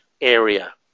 area